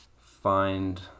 find